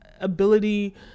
ability